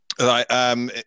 Right